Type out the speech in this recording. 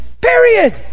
Period